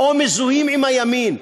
או מזוהים עם הימין.